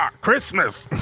Christmas